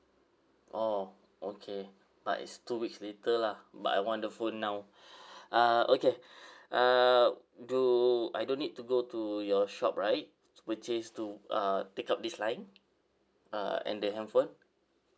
oh okay but it's two weeks later lah but I want the phone now uh okay uh do I don't need to go to your shop right to purchase to uh take up this line uh and the handphone